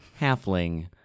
halfling